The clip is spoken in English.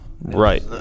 Right